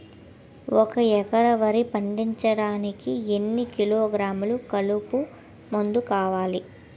ఒక ఎకర వరి పండించటానికి ఎన్ని కిలోగ్రాములు కలుపు మందు వేయాలి?